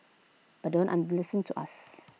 but don't under listen to us